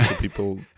people